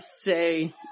say